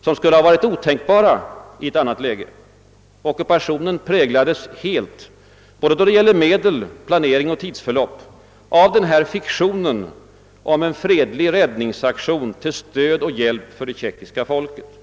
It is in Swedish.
som skulle ha varit otänkbara i ett annat läge. Ockupationen präglades helt, både då det gällde medel, planering och tidsförlopp, av denna fiktion om en fredlig räddningsaktion till stöd och hjälp för det tjeckiska folket.